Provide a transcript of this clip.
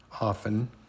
often